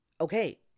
okay